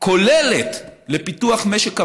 כוללת לפיתוח משק המים,